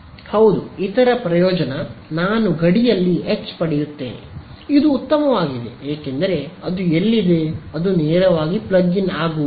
ಹೌದು ಇತರ ಪ್ರಯೋಜನ ನಾನು ಗಡಿಯಲ್ಲಿ ಹೆಚ್ ಪಡೆಯುತ್ತೇನೆ ಇದು ಉತ್ತಮವಾಗಿದೆ ಏಕೆಂದರೆ ಅದು ಎಲ್ಲಿದೆ ಅದು ನೇರವಾಗಿ ಪ್ಲಗ್ ಇನ್ ಆಗುವುದೇ